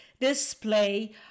display